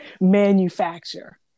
manufacture